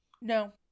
no